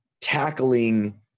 tackling